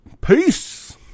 peace